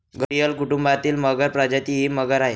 घरियल कुटुंबातील मगर प्रजाती ही मगर आहे